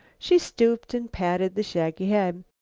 she stooped and patted the shaggy head.